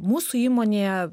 mūsų įmonėje